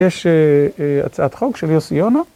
יש הצעת חוק של יוסי יונה.